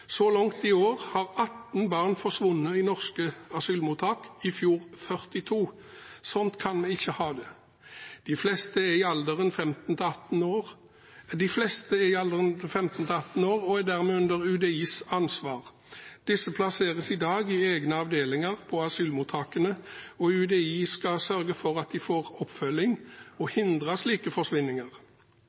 Så langt i år har 18 barn forsvunnet fra norske asylmottak, i fjor var tallet 42. Slik kan vi ikke ha det. De fleste er i alderen 15–18 år og er dermed under UDIs ansvar. Disse plasseres i dag i egne avdelinger på asylmottakene, og UDI skal sørge for at de får oppfølging og hindre slike forsvinninger.